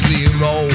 Zero